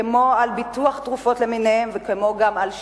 כמו על ביטוח תרופות למיניהן וכמו גם על שיניים.